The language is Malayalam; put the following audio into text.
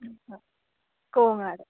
ആ കോങ്ങാട്